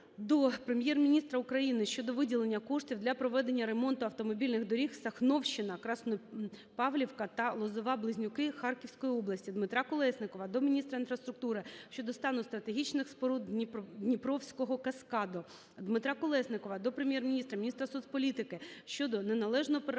Дмитра Колєснікова до Прем'єр-міністра, міністра соцполітики щодо належного перерахунку